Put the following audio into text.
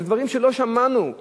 על דברים שלא שמענו.